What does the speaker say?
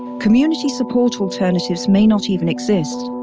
community support alternatives may not even exist.